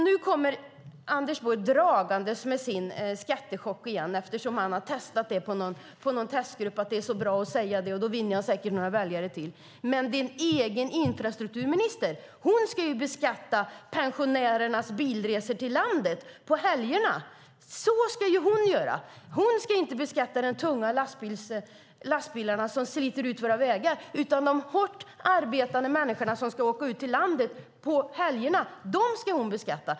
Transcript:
Nu kommer Anders Borg dragandes med sin skattechock eftersom han har testat den på någon testgrupp och kommit fram till att det är så bra att säga det, för då vinner han säkert några väljare till. Men hans egen infrastrukturminister ska beskatta pensionärernas bilresor till landet på helgerna. Så ska hon göra. Hon ska inte beskatta de tunga lastbilarna som sliter ut våra vägar utan de hårt arbetande människorna som ska åka ut till landet på helgerna. Dem ska hon beskatta.